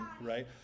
right